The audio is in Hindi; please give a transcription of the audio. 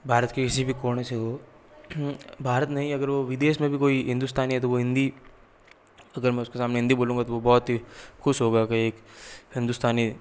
भारत के किसी भी कोने से हो भारत नहीं अगर वो विदेश में भी कोई हिंदुस्तानी है तो वो हिंदी अगर में उसके सामने हिंदी बोलुँगा तो वो बहुत ही खुश होगा के एक हिंदुस्तानी